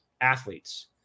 athletes